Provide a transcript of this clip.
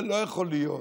זה לא יכול להיות